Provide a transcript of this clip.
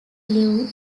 lived